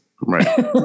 Right